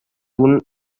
una